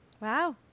wow